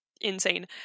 insane